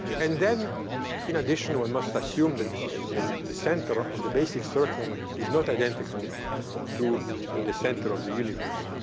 and then in addition, we must assume that the the center of the basic circle is not identical to the center of the universe.